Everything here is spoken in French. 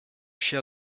cher